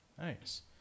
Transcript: Nice